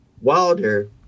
Wilder